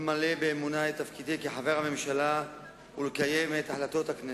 למלא באמונה את תפקידי כחבר הממשלה ולקיים את החלטות הכנסת.